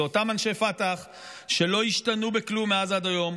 אלה אותם אנשי פתח שלא השתנו בכלום מאז ועד היום,